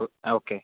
O ആ okay